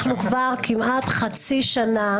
כבר כמעט חצי שנה,